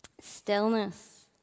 Stillness